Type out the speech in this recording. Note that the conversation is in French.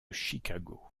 chicago